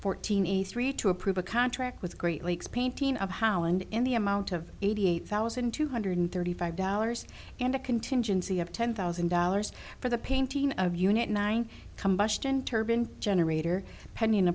fourteen a three to approve a contract with great lakes painting of howland in the amount of eighty eight thousand two hundred thirty five dollars and a contingency of ten thousand dollars for the painting of unit nine combustion turbin generator pending